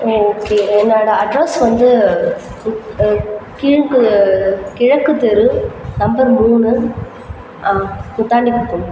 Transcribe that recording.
okay என்னோடய address வந்து கிழக்கு தெரு நம்பர் மூணு முட்டாணி குப்பம்